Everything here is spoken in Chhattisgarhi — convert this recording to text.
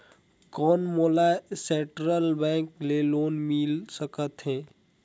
कौन मोला सेंट्रल बैंक ले लोन मिल सकथे?